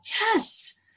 Yes